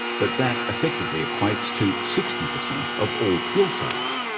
but that effectively equates to sixty percent of all fuel sales,